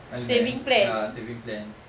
as in like ah saving plan